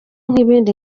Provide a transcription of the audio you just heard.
n’ibindi